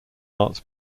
arts